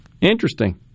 Interesting